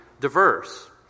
diverse